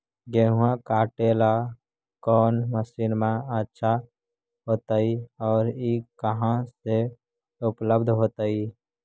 गेहुआ काटेला कौन मशीनमा अच्छा होतई और ई कहा से उपल्ब्ध होतई?